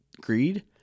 greed